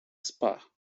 spa